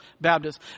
Baptists